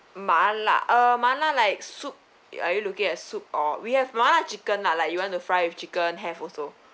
mala uh mala like soup are you look at soup or we have mala chicken lah like you want to fry with chicken have also